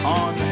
on